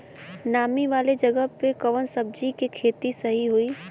नामी वाले जगह पे कवन सब्जी के खेती सही होई?